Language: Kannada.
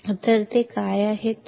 ಆದ್ದರಿಂದ ಅದು ಏನು